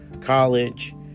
college